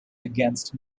against